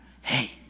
Hey